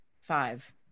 five